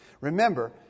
Remember